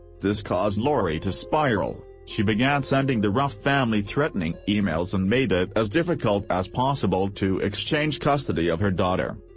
this caused lori to spiral she began sending the ruff family threatening emails and made it as difficult as possible to exchange custody of her daughter.